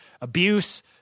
abuse